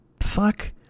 fuck